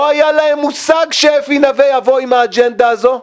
לא היה להם מושג שאפי נוה יבוא עם האג'נדה הזו,